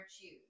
choose